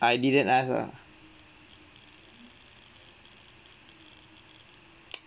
I didn't ask her